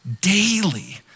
daily